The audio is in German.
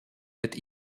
mit